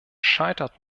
scheitert